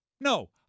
no